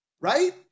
right